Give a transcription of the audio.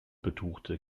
betuchte